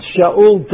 Shaul